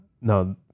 no